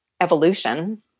evolution